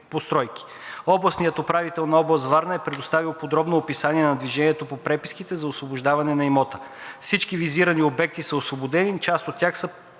постройки. Областният управител на област Варна е предоставил подробно описание на движението по преписките за освобождаване на имота. Всички визирани обекти са освободени, а част от тях са